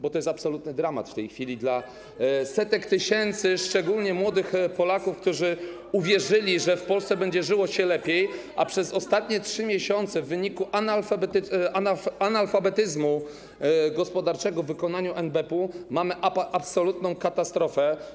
Bo to jest absolutny dramat w tej chwili dla setek tysięcy szczególnie młodych Polaków, którzy uwierzyli, że w Polsce będzie żyło się lepiej, a przez ostatnie 3 miesiące w wyniku analfabetyzmu gospodarczego w wykonaniu NBP mamy absolutną katastrofę.